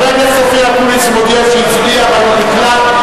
חבר הכנסת אופיר אקוניס מודיע שהצביע ולא נקלט.